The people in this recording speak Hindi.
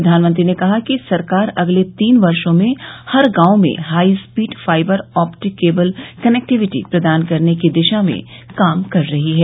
प्रधानमंत्री ने कहा कि सरकार अगले तीन वर्षो में हर गांव में high speed fiber optic cable connectivity प्रदान करने की दिशा में काम कर रही है